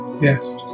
Yes